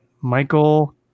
michael